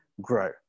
grow